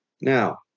Now